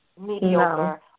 mediocre